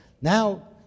Now